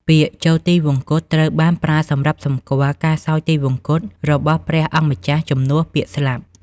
ពាក្យ ចូលទិវង្គត ត្រូវបានប្រើសម្រាប់សម្គាល់ការសោយទីវង្គតរបស់ព្រះអង្គម្ចាស់ជំនួសពាក្យ ស្លាប់។